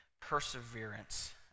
perseverance